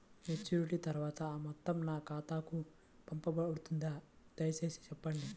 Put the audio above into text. Maturity తర్వాత ఆ మొత్తం నా ఖాతాకు పంపబడుతుందా? దయచేసి చెప్పండి?